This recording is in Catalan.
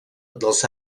dels